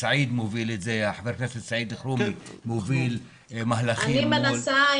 ח"כ סעיד אלחרומי מוביל מהלכים מול --- אני מנסה,